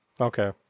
Okay